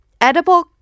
edible